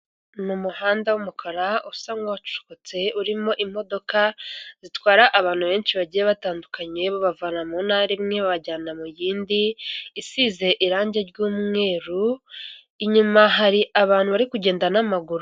Ni mu muhanda w'umukara usa nk'uwacukutse urimo imodoka zitwara abantu benshi bagiye batandukanye babavana mu ntara imwe bajyana mu yindi isize irangi ry'umweru, inyuma hari abantu bari kugenda n'amaguru.